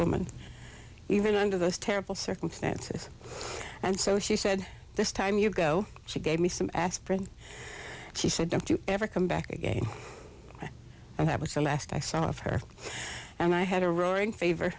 woman even under those terrible circumstances and so she said this time you go she gave me some aspirin she said don't you ever come back again and that was the last i saw of her and i had a roaring favor